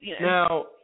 Now